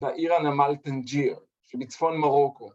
‫בעיר הנמל טנג'יר, ‫שבצפון מרוקו.